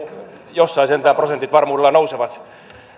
jossain sentään prosentit varmuudella nousevat